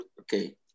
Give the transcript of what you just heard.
okay